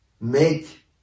make